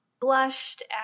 blushed